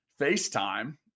FaceTime